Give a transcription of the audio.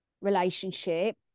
relationship